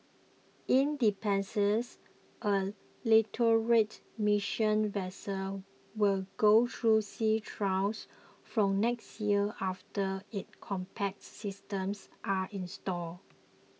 independence a literate mission vessel will go through sea trials from next year after its combats systems are installed